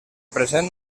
present